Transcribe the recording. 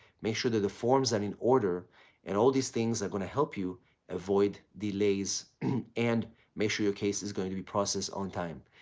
make sure that the forms are and in order and all these things are going to help you avoid delays and make sure your case is going to be processed on time.